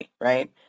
right